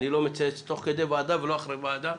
אני לא מצייץ תוך כדי ועדה ולא אחרי ועדה.